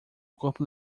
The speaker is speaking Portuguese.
corpo